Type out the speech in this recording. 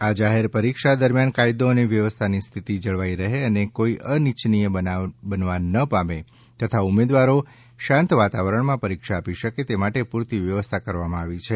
આ જાહેર પરીક્ષા દરમિયાન કાયદો અને વ્યવસ્થાની સ્થિતિ જળવાઈ રહે અને કોઈ અનિચ્છનીય બનાવ બનવા ન પામે તથા ઉમેદવારો શાંત વાતાવરણમાં પરીક્ષા આપી શકે તે માટે પુરતી વ્યવસ્થા કરવામાં આવી છે